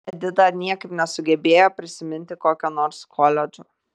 edita niekaip nesugebėjo prisiminti kokio nors koledžo